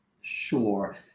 Sure